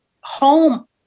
home